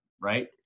right